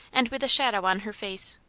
and with a shadow on her face.